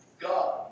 God